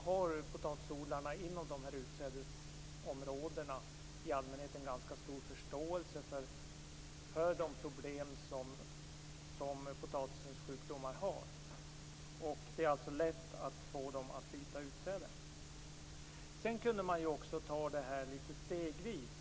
Potatisodlarna inom dessa utsädesområden har i allmänhet också en ganska stor förståelse för de problem som potatisens sjukdomar medför. Det är alltså lätt att få dem att byta utsäde. Man kunde också ta det här litet stegvis.